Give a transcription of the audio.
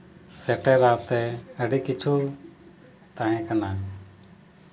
ᱥᱮᱴᱮᱨ ᱟᱛᱮ ᱟᱹᱰᱤ ᱠᱤᱪᱷᱩ ᱛᱟᱦᱮᱸ ᱠᱟᱱᱟ